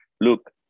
look